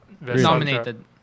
nominated